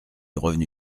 revenu